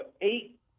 eight